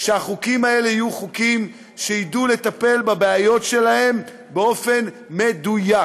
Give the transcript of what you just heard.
שהחוקים האלה יהיו חוקים שידעו לטפל בבעיות שלהם באופן מדויק.